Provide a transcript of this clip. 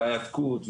וההיאבקות,